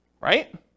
right